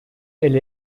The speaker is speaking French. elle